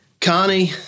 Connie